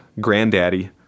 Granddaddy